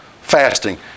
fasting